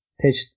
pitched